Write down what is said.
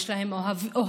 יש להם אוהבים,